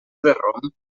rom